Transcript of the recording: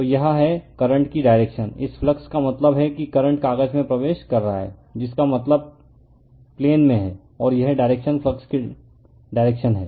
तो यह है करंट की डायरेक्शन इस फ्लक्स का मतलब है कि करंट कागज में प्रवेश कर रहा है जिसका मतलब प्लेन में है और यह डायरेक्शन फ्लक्स की डायरेक्शन है